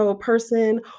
person